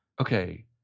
Okay